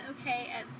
okay